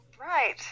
Right